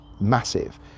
massive